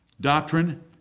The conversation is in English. doctrine